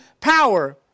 power